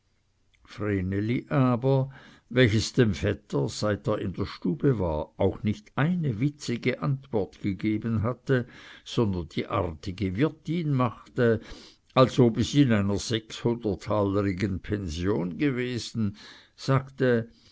aber welches dem vetter seit er in der stube war auch nicht eine witzige antwort gegeben hatte sondern die artige wirtin machte als ob es in einer sechshunderttalerigen pension gewesen sagte